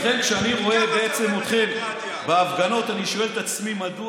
ולכן כשאני רואה אתכם בהפגנות אני שואל את עצמי מדוע.